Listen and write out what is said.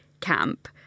camp